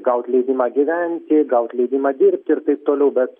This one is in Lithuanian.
gaut leidimą gyventi gaut leidimą dirbti ir taip toliau bet